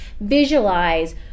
visualize